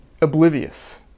oblivious